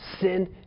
sin